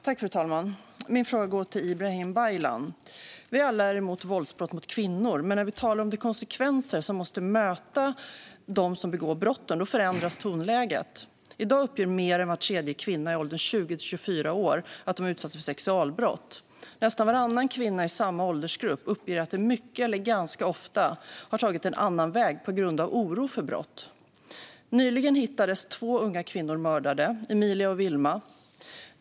Fru talman! Min fråga går till Ibrahim Baylan. Vi är alla emot våldsbrott mot kvinnor, men när vi talar om de konsekvenser som måste möta dem som begår brotten förändras tonläget. I dag uppger mer än var tredje kvinna i åldern 20-24 år att de har utsatts för sexualbrott. Nästan varannan kvinna i samma åldersgrupp uppger att de mycket eller ganska ofta har tagit en annan väg på grund av oro för brott. Nyligen hittades två unga kvinnor - Emilia och Wilma - mördade.